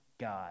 God